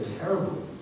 terrible